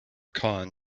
khan